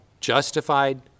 justified